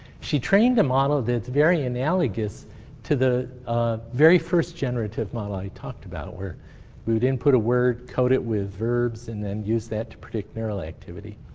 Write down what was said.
she trained a model that's very analogous to the very first generative model i talked about where we would input a word, code it with verbs, and then use that to predict neural activity.